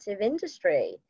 industry